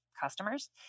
customers